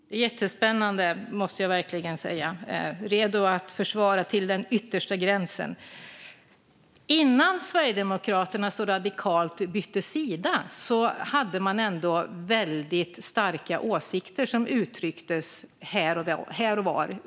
Fru talman! Det är jättespännande, måste jag verkligen säga - redo att försvara till den yttersta gränsen. Innan Sverigedemokraterna radikalt bytte sida hade man starka åsikter som uttrycktes här och var.